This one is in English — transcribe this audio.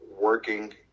working